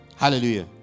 Hallelujah